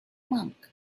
monk